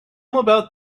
about